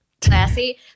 classy